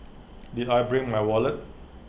did I bring my wallet